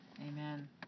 Amen